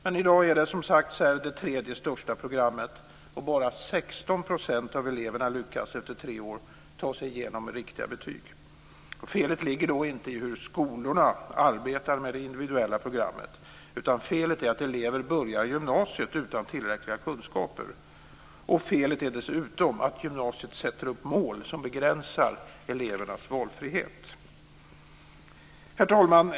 Men i dag är det, som sagts här, det tredje största programmet, och bara 16 % av eleverna lyckas efter tre år ta sig igenom med riktiga betyg. Felet ligger inte i hur skolorna arbetar med det individuella programmet, utan felet är att elever börjar gymnasiet utan tillräckliga kunskaper. Felet är dessutom att gymnasiet sätter upp mål som begränsar elevernas valfrihet. Herr talman!